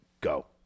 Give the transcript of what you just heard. go